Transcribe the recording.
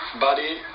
body